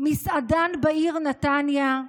מסעדן בעיר נתניה.